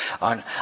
on